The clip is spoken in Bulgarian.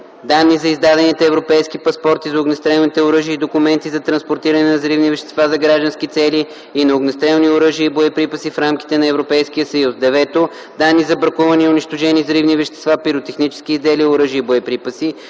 данни за издадените европейски паспорти за огнестрелните оръжия и документи за транспортиране на взривни вещества за граждански цели и на огнестрелни оръжия и боеприпаси в рамките на Европейския съюз; 9. данни за бракувани и унищожени взривни вещества, пиротехнически изделия, оръжия и боеприпаси;